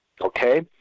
Okay